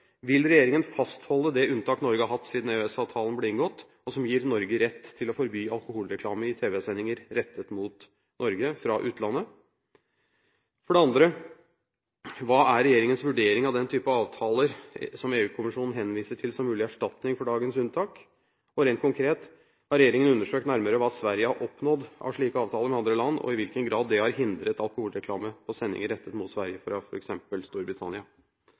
Vil regjeringen fastholde det unntak Norge har hatt siden EØS-avtalen ble inngått, og som gir Norge rett til å forby alkoholreklame i tv-sendinger rettet mot Norge fra utlandet? For det andre: Hva er regjeringens vurdering av den type avtaler som EU-kommisjonen henviser til som mulig erstatning for dagens unntak? Og rent konkret: Har regjeringen undersøkt nærmere hva Sverige har oppnådd av slike avtaler med andre land, og i hvilken grad dette har hindret alkoholreklame i sendinger rettet mot Sverige, fra f.eks. Storbritannia?